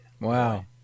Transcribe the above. Wow